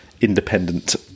independent